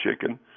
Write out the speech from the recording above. chicken